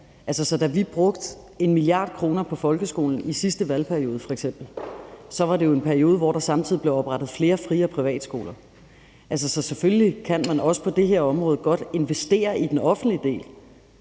Da vi brugte 1 mia. kr. på folkeskolen i sidste valgperiode, f.eks., var det jo en periode, hvor der samtidig blev oprettet flere frie og private skoler. Så selvfølgelig kan man også på det her område godt investere i den offentlige del.